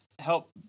help